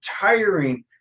tiring